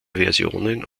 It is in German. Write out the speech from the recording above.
versionen